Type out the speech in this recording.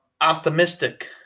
optimistic